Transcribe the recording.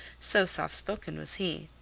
so soft-spoken was he.